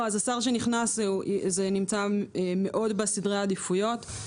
זה נמצא גבוה בסדרי העדיפויות של השר הנכנס.